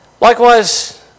Likewise